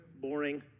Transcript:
boring